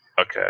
okay